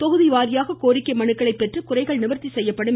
தொகுதிவாரியாக கோரிக்கை மனுக்களை பெற்று குறைகள் நிவர்த்தி செய்யப்படும் என்றார்